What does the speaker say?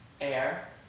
air